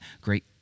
great